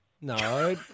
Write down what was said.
No